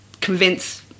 convince